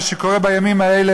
מה שקורה בימים האלה,